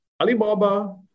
Alibaba